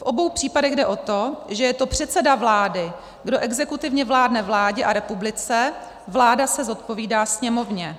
V obou případech jde o to, že je to předseda vlády, kdo exekutivně vládne vládě a republice, vláda se zodpovídá Sněmovně.